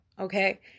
Okay